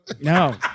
No